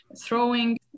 throwing